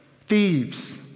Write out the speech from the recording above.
thieves